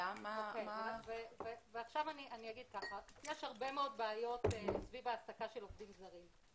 יש הרבה מאוד בעיות סביב העסקה של עובדים זרים.